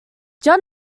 john